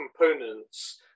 components